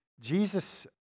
Jesus